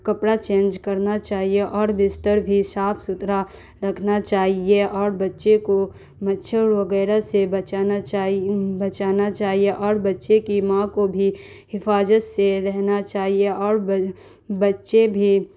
کپڑا چینج کرنا چاہیے اور بستر بھی صاف ستھرا رکھنا چاہیے اور بچے کو مچھر وغیرہ سے بچانا بچانا چاہیے اور بچے کی ماں کو بھی حفاظت سے رہنا چاہیے اور بچے بھی